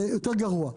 זה יותר גרוע.